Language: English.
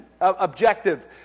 objective